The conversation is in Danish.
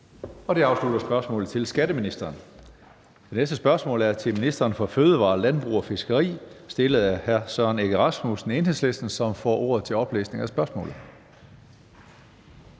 Det afslutter spørgsmålet til skatteministeren. Næste spørgsmål er til ministeren for fødevarer, landbrug og fiskeri stillet af hr. Søren Egge Rasmussen, Enhedslisten, som får ordet til oplæsning af spørgsmålet.